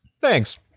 thanks